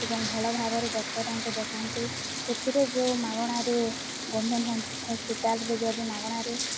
ଏବଂ ଭଲ ଭାବରେ ଡକ୍ଟର୍ଙ୍କୁ ଦେଖାନ୍ତୁ ସେଠିରେ ଯେଉଁ ମାଗଣାରେ ଗଭର୍ଣ୍ଣମେଣ୍ଟ ହସ୍ପିଟାଲ୍ରେ ଯଦି ମାଗଣାରେ